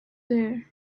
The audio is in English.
there